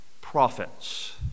prophets